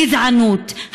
גזענות,